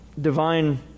divine